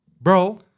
Bro